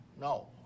no